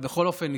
בכל אופן,